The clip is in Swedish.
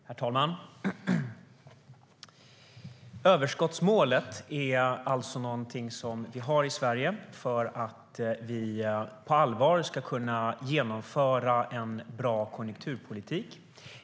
Herr talman! Överskottsmålet har vi i Sverige för att vi på allvar ska kunna genomföra en bra konjunkturpolitik.